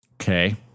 Okay